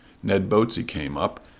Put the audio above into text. ned botsey came up,